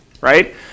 right